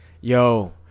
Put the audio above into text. yo